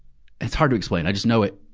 it's hard to explain. i just know it,